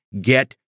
get